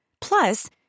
Plus